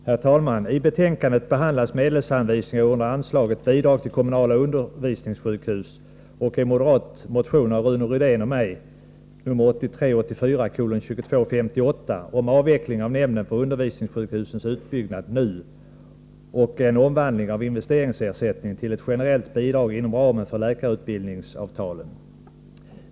SR RA SR Herr talman! I betänkande 26 behandlas medelsanvisningar under ansla J get Bidrag till kommunala undervisningssjukhus samt en moderat motion Bi ; idrag till k - 1983/84:2258 av Rune Rydén och mig om avveckling av nämnden för sla lund tt undervisningssjukhusens utbyggnad, NUU, och en omvandling av investeningssjukhus ringsersättningen till ett generellt bidrag inom ramen för läkarutbildningsavtalen.